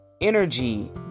energy